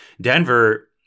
Denver